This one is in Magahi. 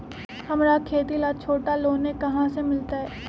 हमरा खेती ला छोटा लोने कहाँ से मिलतै?